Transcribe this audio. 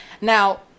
now